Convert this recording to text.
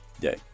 day